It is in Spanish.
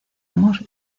amor